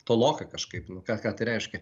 tolokai kažkaip nu ką ką tai reiškia